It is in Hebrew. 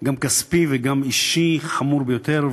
גם כספי וגם אישי חמור ביותר.